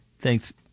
Thanks